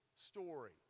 story